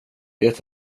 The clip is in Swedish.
det